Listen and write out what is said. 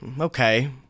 Okay